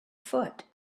foot